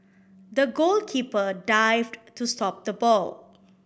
the goalkeeper dived to stop the ball